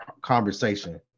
conversation